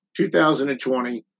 2020